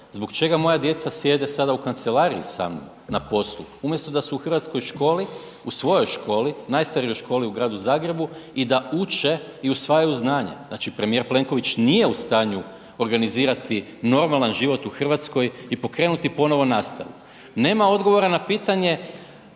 zbog čega moja djeca sjede sada u kancelariji sa mnom na poslu, umjesto da su u hrvatskoj školi, u svojoj školi, najstarijoj školi u gradu Zagrebu i da uče i usvajaju znanja. Znači premijer Plenković nije u stanju organizirati normalan životu u Hrvatskoj i pokrenuti ponovo nastavu. Nema odgovora na pitanje